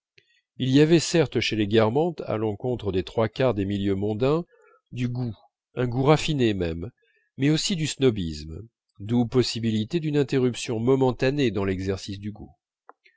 il y avait certes chez les guermantes à l'encontre des trois quarts des milieux mondains du goût un goût raffiné même mais aussi du snobisme d'où possibilité d'une interruption momentanée dans l'exercice du goût